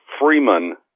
Freeman